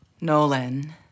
Nolan